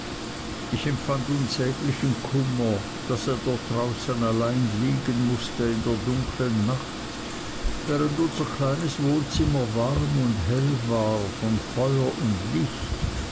ich empfand unsäglichen kummer daß er dort draußen allein liegen mußte in der dunklen nacht während unser kleines wohnzimmer warm und hell war von feuer und licht